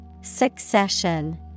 Succession